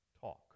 talk